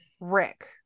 Rick